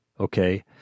Okay